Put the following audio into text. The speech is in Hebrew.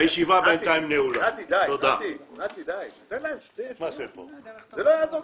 (הישיבה נפסקה בשעה 10:45 ונתחדשה בשעה 10:49.)